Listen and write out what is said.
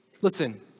Listen